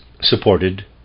supported